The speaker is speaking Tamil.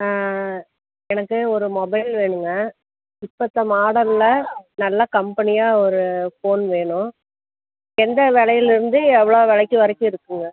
ஆ எனக்கு ஒரு மொபைல் வேணுங்க இப்போ இருக்க மாடல்ல நல்லா கம்பெனியா ஒரு ஃபோன் வேணும் எந்த விலையில இருந்து எவ்வளவு விலைக்கி வரைக்கும் இருக்குதுங்க